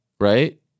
right